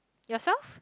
yourself